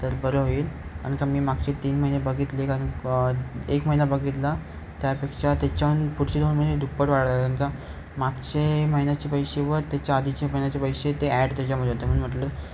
तर बरं होईल कारण का मी मागचे तीन महिने बघितले कारण एक महिना बघितला त्यापेक्षा त्याच्याहून पुढचे दोन महिने दुप्पट वाढला कारण का मागचे महिन्याचे पैसे व त्याच्या आधीचे महिन्याचे पैसे ते ॲड त्याच्यामध्ये होतं म्हणून म्हटलं